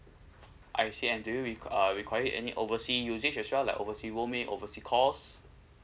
I see and do you req~ uh require any overseas usage as well like overseas roaming overseas calls